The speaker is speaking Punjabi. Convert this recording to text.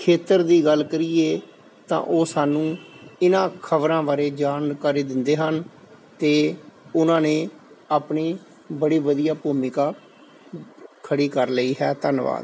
ਖੇਤਰ ਦੀ ਗੱਲ ਕਰੀਏ ਤਾਂ ਉਹ ਸਾਨੂੰ ਇਹਨਾਂ ਖਬਰਾਂ ਬਾਰੇ ਜਾਣਕਾਰੀ ਦਿੰਦੇ ਹਨ ਤੇ ਉਹਨਾਂ ਨੇ ਆਪਣੀ ਬੜੀ ਵਧੀਆ ਭੂਮਿਕਾ ਖੜੀ ਕਰ ਲਈ ਹੈ ਧੰਨਵਾਦ